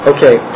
Okay